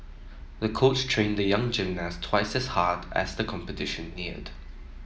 the coach trained the young gymnast twice as hard as the competition neared